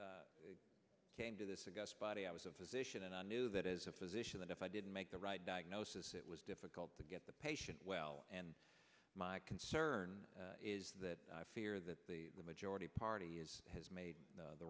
i came to this against body i was a physician and i knew that as a physician that if i didn't make the right diagnosis it was difficult to get the patient well and my concern is that i fear that the majority party is has made the